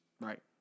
Right